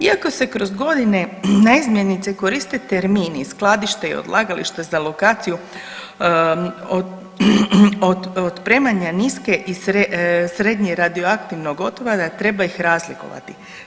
Iako se kroz godine naizmjenice koriste termini, skladište i odlagalište za lokaciju otpremanja niske i srednje radioaktivnog otpada treba ih razlikovati.